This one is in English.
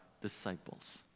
disciples